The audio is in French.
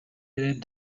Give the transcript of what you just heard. élève